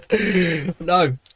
No